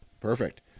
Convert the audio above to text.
Perfect